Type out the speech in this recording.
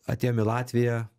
atėjom į latviją